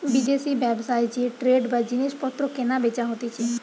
বিদেশি ব্যবসায় যে ট্রেড বা জিনিস পত্র কেনা বেচা হতিছে